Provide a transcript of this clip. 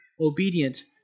obedient